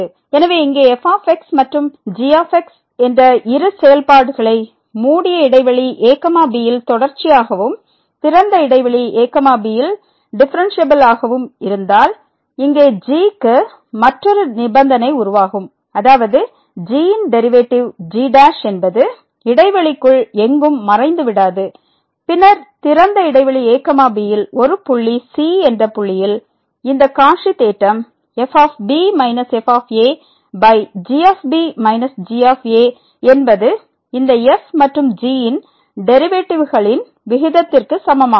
எனவே இங்கே f மற்றும் g என்ற இரு செயல்பாடுகளை மூடிய இடைவெளி ab யில் தொடர்ச்சியாகவும் திறந்த இடைவெளி abயில் டிபரன்சியபில் ஆகவும் இருந்தால் அங்கே g க்கு மற்றொரு நிபந்தனை உருவாகும் அதாவது g ன் டெரிவேட்டிவ் g என்பதுஇடைவெளிக்குள் எங்கும் மறைந்து விடாது பின்னர் திறந்த இடைவெளி a b யில் ஒரு புள்ளி c என்ற புள்ளியில் இந்த காச்சி தேற்றம் fb fgb g என்பது இந்த f மற்றும் g இன் டெரிவேட்டிவ்களின் விகிதத்திற்கு சமமாகும்